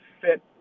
fit